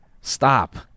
Stop